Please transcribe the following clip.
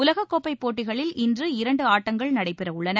உலக கோப்பை போட்டிகளில் இன்று இரண்டு ஆட்டங்கள் நடைபெற உள்ளன